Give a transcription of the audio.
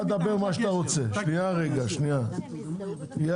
אני חושב שיש